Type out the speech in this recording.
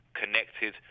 connected